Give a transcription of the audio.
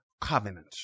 covenant